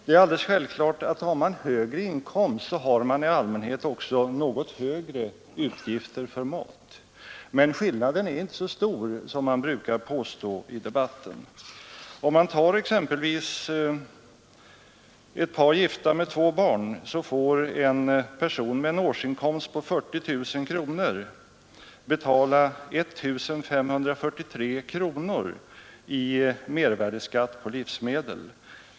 Det är alldeles självklart att den som har högre inkomst i allmänhet också har något högre utgifter för mat, men skillnaden är inte så stor som det brukar påstås i debatten. Ett gift par med två barn och en årsinkomst på 40 000 kronor får betala 1 543 kronor i mervärdeskatt på livsmedel.